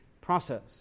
process